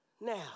Now